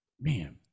man